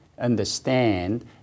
understand